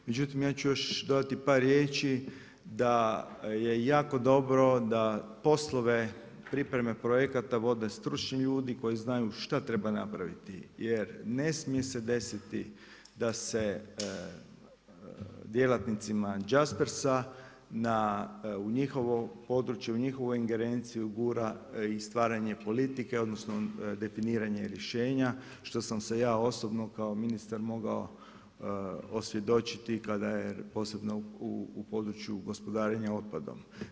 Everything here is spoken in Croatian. Međutim ja ću još dodati par riječi da je jako dobro da poslove pripreme projekata vode stručni ljudi, koji znaju šta treba napraviti jer ne smije se desiti da se djelatnicima Jaspersa u njihovo područje u njihovoj ingerenciju ugura i stvaranje politike odnosno definiranje rješenja što sam se ja osobno kao ministar mogao osvjedočiti kada je posebno u području gospodarenja otpadom.